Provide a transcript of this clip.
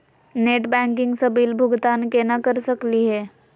Net banking स bill भुगतान केना कर सकली हे?